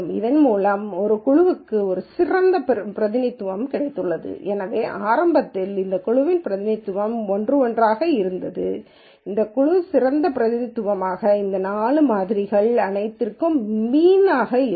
இதன் மூலம் இந்த குழுவிற்கு ஒரு சிறந்த பிரதிநிதித்துவம் கிடைத்துள்ளது எனவே ஆரம்பத்தில் இந்த குழுவின் பிரதிநிதித்துவம் 1 1 ஆக இருந்தது இந்த குழுவிற்கான சிறந்த பிரதிநிதித்துவம் இந்த 4 மாதிரிகள் அனைத்திற்கும் மீன்யாக இருக்கும்